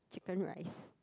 Chicken-Rice